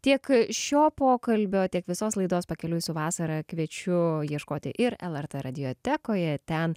tiek šio pokalbio tiek visos laidos pakeliui su vasara kviečiu ieškoti ir lrt radiotekoje ten